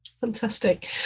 fantastic